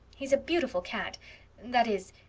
he's a beautiful cat that is,